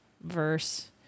verse